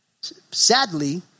Sadly